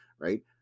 right